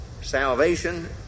salvation